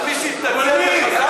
התעוררת.